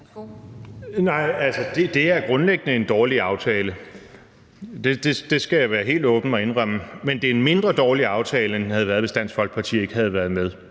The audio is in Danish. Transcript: Nej, det er grundlæggende en dårlig aftale – det skal jeg være helt åben og indrømme – men det er en mindre dårlig aftale, end den havde været, hvis Dansk Folkeparti ikke havde været med.